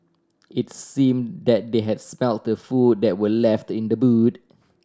it's seem that they had smelt the food that were left in the boot